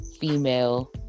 female